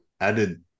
added